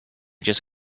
just